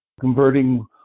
converting